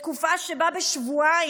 בתקופה שבה בשבועיים,